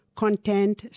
content